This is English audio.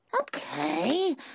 Okay